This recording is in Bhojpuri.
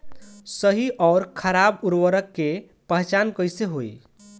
सही अउर खराब उर्बरक के पहचान कैसे होई?